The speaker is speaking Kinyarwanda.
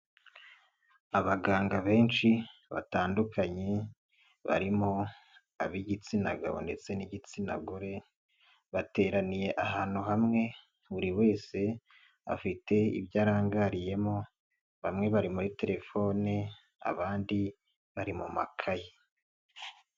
Abaganga benshi batandukanye barimo ab'igitsina gabo ndetse n'igitsina gore, bateraniye ahantu hamwe buri wese afite ibyo arangariyemo bamwe bari muri telefone abandi bari mu makayi.